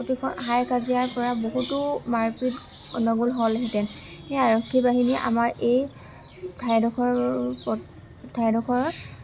হাই কাজিয়াৰপৰা বহুতো মাৰ পিট গণ্ডগোল হ'লহেঁতেন সেই আৰক্ষী বাহিনী আমাৰ এই ঠাইডোখৰ ওপৰত ঠাইডোখৰত